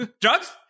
drugs